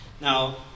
Now